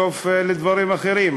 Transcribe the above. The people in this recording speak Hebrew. סוף לדברים אחרים,